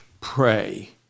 pray